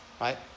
right